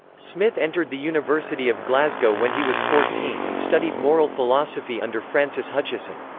smith entered the university of glasgow when he was fourteen and studied moral philosophy under francis hutcheson.